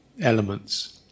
elements